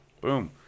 boom